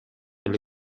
эле